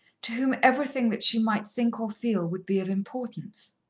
to whom everything that she might think or feel would be of importance.